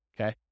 okay